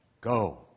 Go